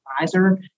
advisor